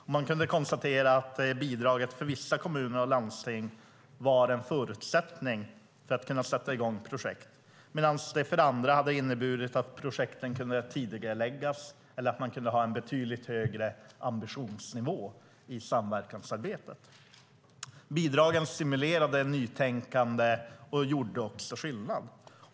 De kunde konstatera att bidraget för vissa kommuner och landsting var en förutsättning för att sätta i gång projekt, medan det för andra hade inneburit att projekten kunde tidigareläggas eller att man kunde ha en betydligt högre ambitionsnivå i samverkansarbetet. Bidragen stimulerade nytänkande och gjorde också skillnad.